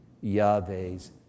Yahweh's